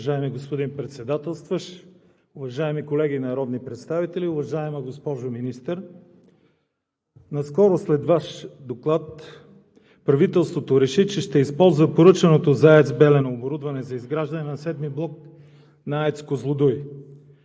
Уважаеми господин Председателстващ, уважаеми колеги народни представители! Уважаема госпожо Министър, наскоро след Ваш Доклад правителството реши, че ще използва поръчаното за АЕЦ „Белене“ оборудване за изграждане на VII блок на АЕЦ „Козлодуй“.